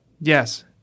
yes